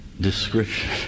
description